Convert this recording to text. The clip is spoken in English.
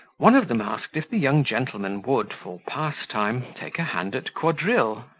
one of them asked, if the young gentleman would, for pastime, take a hand at quadrille.